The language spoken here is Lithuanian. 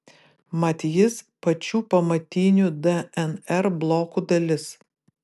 mat jis pačių pamatinių dnr blokų dalis